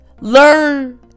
Learn